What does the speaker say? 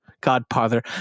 Godfather